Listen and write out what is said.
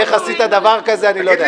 איך עשית דבר כזה, אני לא יודע.